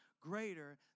greater